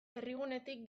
herrigunetik